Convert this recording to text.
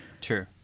True